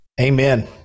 amen